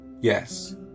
Yes